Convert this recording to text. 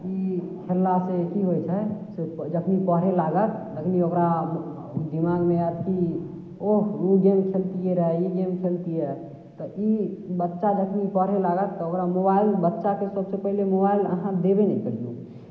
ई खेललासँ की होइ छै से जखनि पढ़य लागत तखनि ओकरा दिमागमे आयत कि ओह ओ गेम खेलतियै रहए ई गेम खेलतियै रहए तऽ ई बच्चा जखनि पढ़य लागत तऽ ओकरा मोबाइल बच्चाकेँ सभसँ पहिले मोबाइल अहाँ देबे नहि करियौ